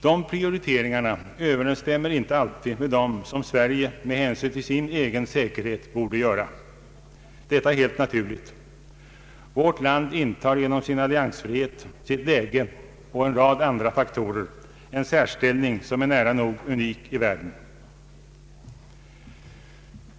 De prioriteringarna överensstämmer inte alltid med dem som Sverige med hänsyn till sin egen säkerhet borde göra. Detta är helt naturligt. Vårt land intar genom sin alliansfrihet, sitt läge och en rad andra faktorer en särställning som är nära nog unik i världen.